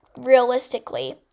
realistically